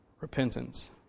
repentance